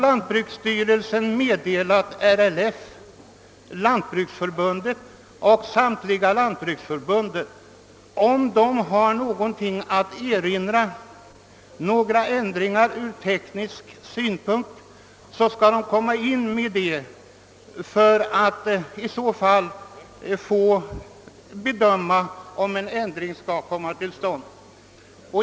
Lantbruksstyrelsen har nu anmodat RL, Lantbruksförbundet och lantbruksnämnderna att meddela, om de från teknisk synpunkt har någonting att erinra mot tillämpningsföreskrifterna. Därefter skall lantbruksstyrelsen ta ställning till frågan om en ändring bör komma till stånd.